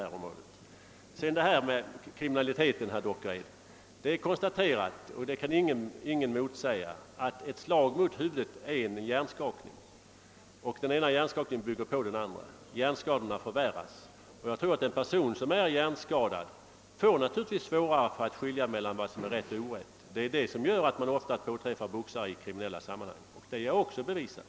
Beträffande frågan om boxning och kriminalitet vill jag säga, herr Dockered, att ingen kan förneka att ett slag mot huvudet är en hjärnskakning och att verkningarna av flera sådana lagras på varandra. Hjärnskadorna förvärras alltså med varje hjärnskakning. En person som är hjärnskadad får naturligtvis mindre möjligheter att skilja mellan vad som är rätt och orätt, och det är det som medför att man ofta påträffar boxare i kriminella sammanhang. Det är också bevisat.